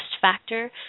factor